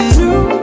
new